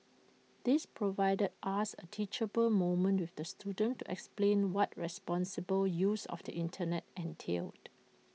this provided us A teachable moment with the student to explain what responsible use of the Internet entailed